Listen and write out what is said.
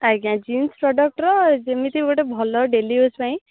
ଆଜ୍ଞା ଜିନ୍ସ ପ୍ରଡ଼କ୍ଟର ଯେମିତି ଗୋଟେ ଭଲ ଡେଲି ୟୁଜ୍ ପାଇଁ